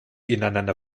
ineinander